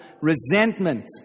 resentment